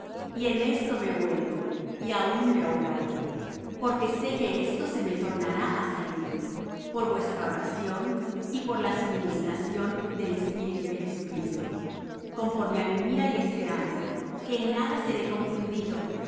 y en esto me huelgo y aun me holgaré porque sé que esto se me tornará á salud por vuestra oración y por la suministración del espíritu de jesucristo conforme á mi mira y esperanza que en nada seré confundido